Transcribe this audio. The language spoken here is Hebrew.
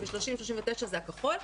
30 39 זה הכחול,